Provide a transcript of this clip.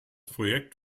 projekt